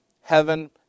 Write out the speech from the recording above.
heaven